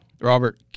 Robert